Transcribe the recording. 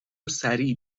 سریع